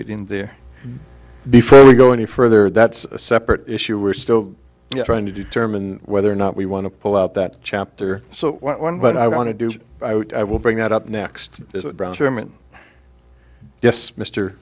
it in there before we go any further that's a separate issue we're still trying to determine whether or not we want to pull out that chapter so one but i want to do i will bring that up next